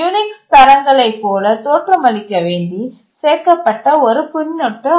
Unix தரங்களைப் போல தோற்றமளிக்க வேண்டி சேர்க்கப்பட்ட ஒரு பின்னொட்டு ஆகும்